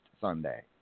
Sunday